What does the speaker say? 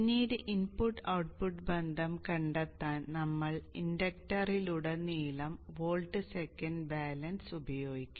പിന്നീട് input output ബന്ധം കണ്ടെത്താൻ നമ്മൾ ഇൻഡക്ടറിലുടനീളം വോൾട്ട് സെക്കൻഡ് ബാലൻസ് ഉപയോഗിക്കും